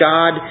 God